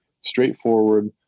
straightforward